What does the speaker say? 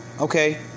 Okay